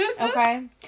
okay